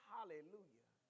Hallelujah